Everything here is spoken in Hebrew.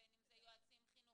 בין אם זה יועצים חינוכיים,